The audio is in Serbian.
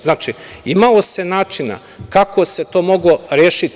Znači, imalo se načina kako se to moglo rešiti.